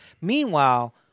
Meanwhile